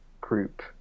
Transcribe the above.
group